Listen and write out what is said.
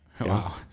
wow